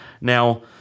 Now –